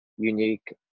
unique